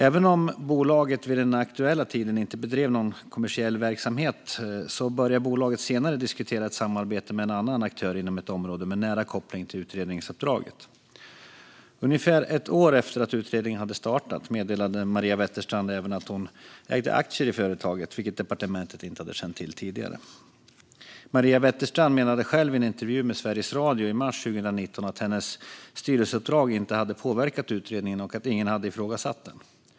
Även om bolaget vid den aktuella tiden inte bedrev någon kommersiell verksamhet började bolaget senare diskutera ett samarbete med en annan aktör inom ett område med nära koppling till utredningsuppdraget. Ungefär ett år efter att utredningen startade meddelade Maria Wetterstrand även att hon ägde aktier i bolaget, vilket departementet inte hade känt till tidigare. Maria Wetterstrand menade själv i en intervju med Sveriges Radio i mars 2019 att hennes styrelseuppdrag inte hade påverkat utredningen och att ingen hade ifrågasatt den.